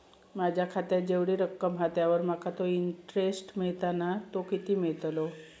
माझ्या खात्यात जेवढी रक्कम हा त्यावर माका तो इंटरेस्ट मिळता ना तो किती मिळतलो?